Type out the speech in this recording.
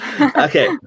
okay